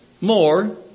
more